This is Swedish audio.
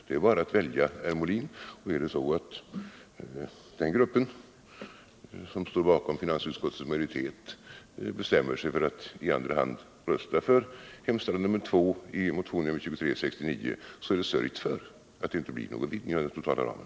Det är bara att välja, Björn Molin, och är det så att den grupp som står bakom finansutskottets majoritet bestämmer sig för att i andra hand rösta för hemställan nr 2 i motionen 2369, då är det sörjt för att det inte blir någon vidgning av den totala ramen.